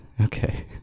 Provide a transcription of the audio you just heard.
Okay